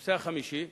הנושא החמישי,